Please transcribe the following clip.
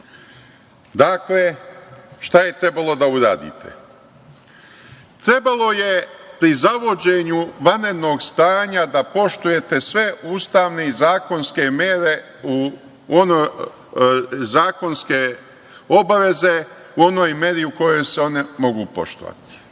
Dakle, šta je trebalo da uradite? Trebalo je pri zavođenju vanrednog stanja da poštujete sve ustavne i zakonske mere, zakonske obaveze u onoj meri u kojoj se one mogu poštovati.